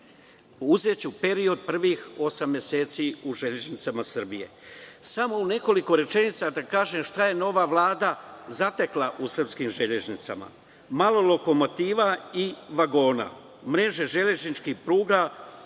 Uzeću period od prvih osam meseci u „Železnicama Srbije“. Samo u nekoliko rečenica ću reći šta je nova Vlada zatekla u srpskim železnicama – malo lokomotiva i vagona, mreža železničkih pruga